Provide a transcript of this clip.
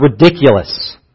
ridiculous